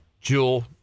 Jewel